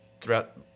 throughout